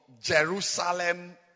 Jerusalem